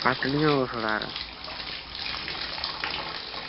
घट्ट निं होई सकदा